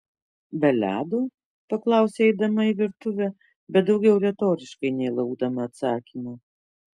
be ledo paklausė eidama į virtuvę bet daugiau retoriškai nei laukdama atsakymo